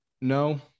no